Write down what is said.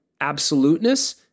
absoluteness